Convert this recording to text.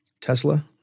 Tesla